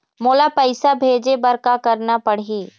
मोला पैसा भेजे बर का करना पड़ही?